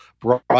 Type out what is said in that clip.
brought